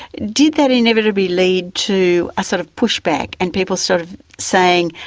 did that inevitably lead to a sort of pushback and people sort of saying,